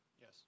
Yes